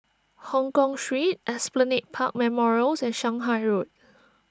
Hongkong Street Esplanade Park Memorials and Shanghai Road